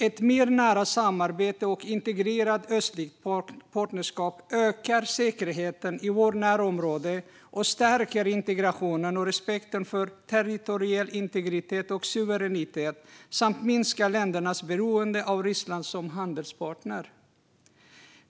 Ett mer nära samarbete och integrerat östligt partnerskap ökar säkerheten i vårt närområde och stärker integrationen och respekten för territoriell integritet och suveränitet samt minskar ländernas beroende av Ryssland som handelspartner.